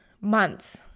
months